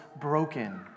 broken